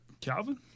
Calvin